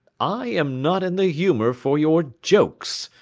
i am not in the humour for your jokes,